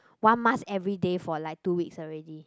one mask everyday for like two weeks already